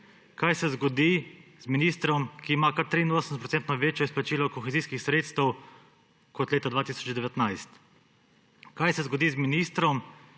Kaj se zgodi z ministrom, ki ima za kar 83 % večje izplačilo kohezijskih sredstev kot leta 2019? Kaj se zgodi z ministrom,